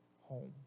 home